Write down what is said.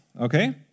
okay